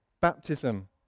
baptism